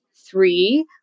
three